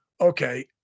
Okay